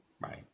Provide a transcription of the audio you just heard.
Right